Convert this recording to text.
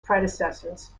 predecessors